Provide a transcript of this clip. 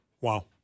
Wow